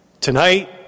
Tonight